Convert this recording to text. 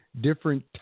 different